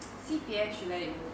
C_P_F should let it roll